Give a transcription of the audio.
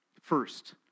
First